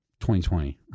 2020